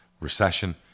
recession